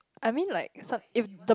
I mean like some if the